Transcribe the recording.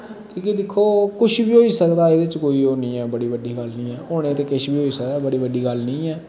की के दिक्खो कुश वी होई सकदा एह्दे च कोई ओह् नि ऐ बड़ी बड्डी गल्ल नि ऐ होने ते किश वी होई सकदा बड़ी बड्डी गल्ल नि ऐ